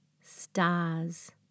Stars